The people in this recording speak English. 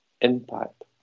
impact